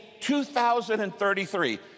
2033